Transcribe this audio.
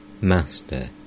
Master